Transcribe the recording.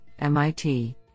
MIT